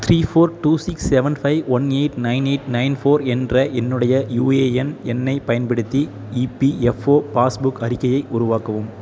three four two six seven five one eight nine eight nine four என்ற என்னுடைய UAN எண்ணை பயன்படுத்தி EPFO passbook அறிக்கையை உருவாக்கவும்